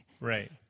Right